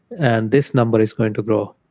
and this number is going to grow